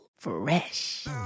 fresh